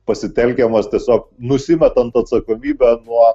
pasitelkiamas tiesiog nusimetant atsakomybę nuo